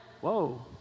Whoa